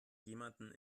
jemanden